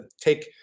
take